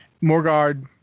Morgard